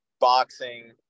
boxing